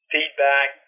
Feedback